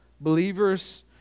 believers